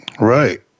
Right